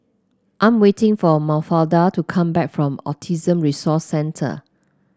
I'm waiting for Mafalda to come back from Autism Resource Centre